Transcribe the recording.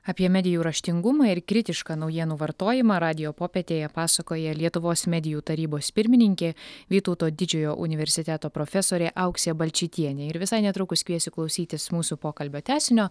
apie medijų raštingumą ir kritišką naujienų vartojimą radijo popietėje pasakoja lietuvos medijų tarybos pirmininkė vytauto didžiojo universiteto profesorė auksė balčytienė ir visai netrukus kviesiu klausytis mūsų pokalbio tęsinio